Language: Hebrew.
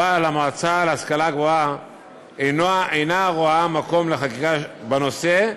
אבל המועצה להשכלה גבוהה אינה רואה מקום לחקיקה בנושא,